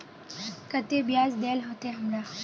केते बियाज देल होते हमरा?